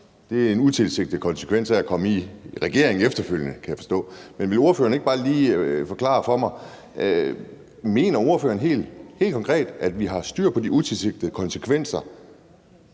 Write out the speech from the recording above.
det er en utilsigtet konsekvens ved at komme i regering efterfølgende, kan jeg forstå. Men vil ordføreren ikke bare lige forklare mig, om ordføreren helt konkret mener, at vi har styr på de utilsigtede konsekvenser